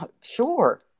sure